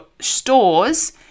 stores